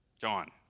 John